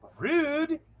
rude